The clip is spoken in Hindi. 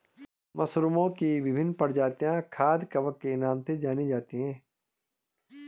मशरूमओं की विभिन्न प्रजातियां खाद्य कवक के नाम से जानी जाती हैं